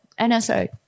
NSA